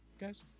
guys